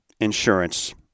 insurance